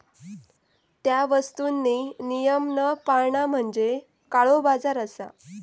त्या वस्तुंनी नियम न पाळणा म्हणजे काळोबाजार असा